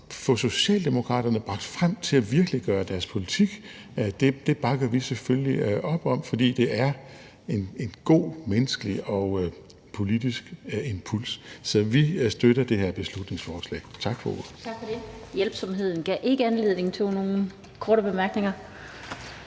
få Socialdemokraterne bragt frem til at virkeliggøre deres politik bakker vi selvfølgelig op om, fordi det er en god menneskelig og politisk impuls. Så vi støtter det her beslutningsforslag. Tak for ordet. Kl. 15:28 Den fg. formand (Annette Lind):